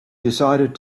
decided